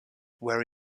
where